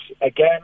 again